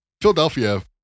Philadelphia